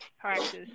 practice